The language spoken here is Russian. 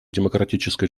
демократической